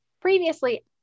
Previously